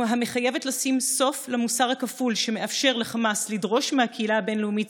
המחייבת לשים סוף למוסר הכפול שמאפשר לחמאס לדרוש מהקהילה הבין-לאומית